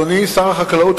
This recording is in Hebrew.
אדוני שר החקלאות,